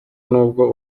nubwo